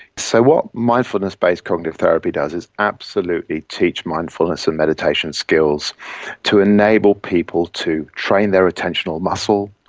so what mindfulness-based cognitive therapy does is absolutely teach mindfulness and meditation skills to enable people to train their attentional muscle,